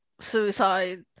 suicide